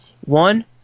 one